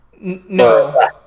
No